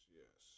yes